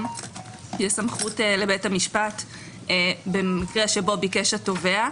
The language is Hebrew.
יש סמכות לבית המשפט במקרה שבו ביקש התובע,